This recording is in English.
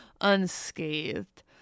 unscathed